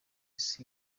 isi